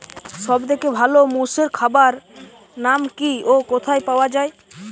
সব থেকে ভালো মোষের খাবার নাম কি ও কোথায় পাওয়া যায়?